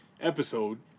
episode